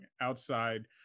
outside